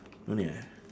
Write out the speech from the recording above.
don't need ah